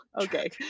Okay